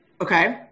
okay